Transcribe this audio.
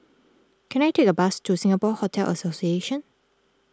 can I take a bus to Singapore Hotel Association